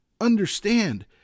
understand